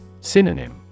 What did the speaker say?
Synonym